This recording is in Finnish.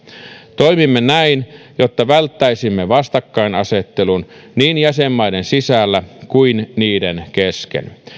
toimimme näin jotta välttäisimme vastakkainasettelun niin jäsenmaiden sisällä kuin niiden kesken